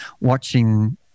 watching –